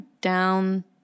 down